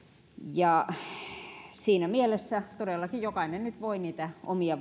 ja siinä mielessä todellakin jokainen nyt voi niitä omia